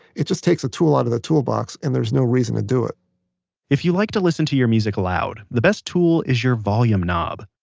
it just takes a tool out of the toolbox and there's no reason to do it if you like to listen to your music loud, the best tool is your volume knob.